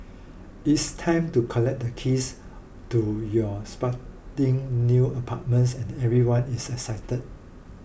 it's time to collect the keys to your spanking new apartments and everyone is excited